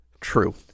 True